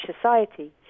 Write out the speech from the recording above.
society